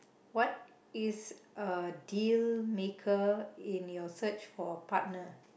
what is a deal maker in your search for a partner